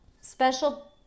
special